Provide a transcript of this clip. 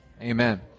amen